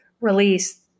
release